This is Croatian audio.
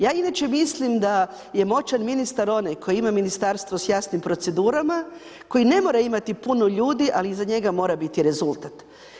Ja inače mislim da je moćan ministar onaj koji ima Ministarstvo s jasnim procedurama koji ne mora imati puno ljudi, ali iza njega mora biti rezultat.